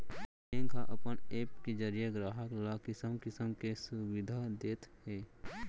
bank ह अपन app के जरिये गराहक ल किसम किसम के सुबिधा देत हे